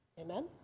Amen